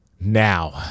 Now